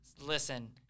Listen